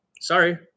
Sorry